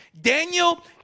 Daniel